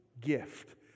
gift